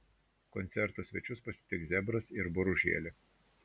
koncerto svečius pasitiks zebras ir boružėlė